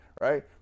right